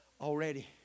already